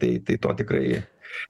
tai tai to tikrai